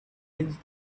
his